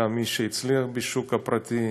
גם איש שהצליח בשוק הפרטי,